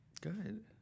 Good